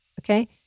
Okay